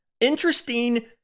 Interesting